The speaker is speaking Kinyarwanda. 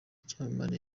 byamamare